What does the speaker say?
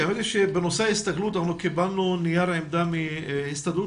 בנושא ההסתגלות קיבלנו נייר עמדה מהסתדרות